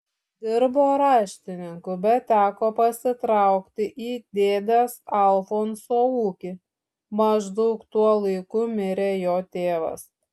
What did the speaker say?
dirbo raštininku bet teko pasitraukti į dėdės alfonso ūkį maždaug tuo laiku mirė jo tėvas